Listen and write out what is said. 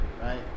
right